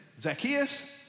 Zacchaeus